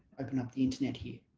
open up the internet here